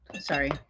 Sorry